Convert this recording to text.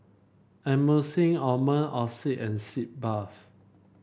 Emulsying Ointment Oxy and Sitz Bath